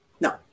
No